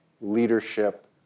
leadership